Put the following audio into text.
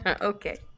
Okay